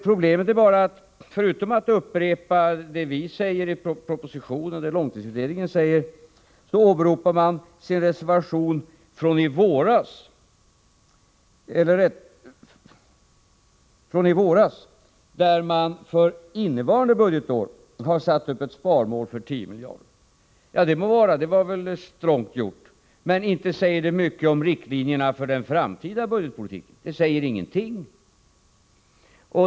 Problemet är bara att man — förutom att upprepa det som sägs i propositionen och i långtidsutredningen — åberopar sin reservation från i våras, där de borgerliga för innevarande budgetår har satt upp ett sparmål på 10 miljarder. Det må vara, och det är strongt gjort, men inte säger det mycket om riktlinjerna för den framtida budgetpolitiken — i själva verket ingenting.